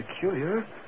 peculiar